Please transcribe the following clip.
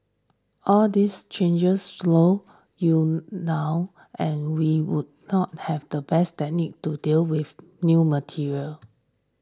all these changes slow you now and we would not have the best technique to deal with new material